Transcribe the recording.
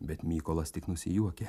bet mykolas tik nusijuokia